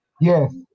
Yes